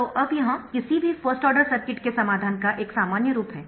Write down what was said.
तो अब यह किसी भी फर्स्ट ऑर्डर सर्किट के समाधान का एक सामान्य रूप है